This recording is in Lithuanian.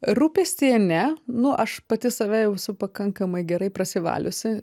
rūpestyje ne nu aš pati save jau esu pakankamai gerai prasivaliusi